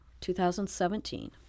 2017